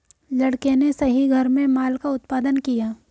लड़के ने सही घर में माल का उत्पादन किया